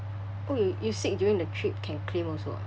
oh you sick during the trip can claim also ah